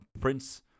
prince